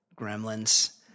Gremlins